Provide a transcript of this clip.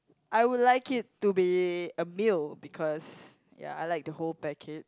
I would like it to be a meal because ya I like the whole packet